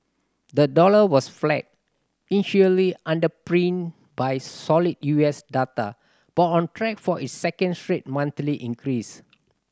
the dollar was flat initially underpinned by solid U S data but on track for its second straight monthly increase